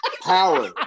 power